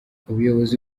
ubuyobozi